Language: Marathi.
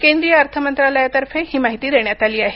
केंद्रीय अर्थ मंत्रालयातर्फे ही माहिती देण्यात आली आहे